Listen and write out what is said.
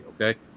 okay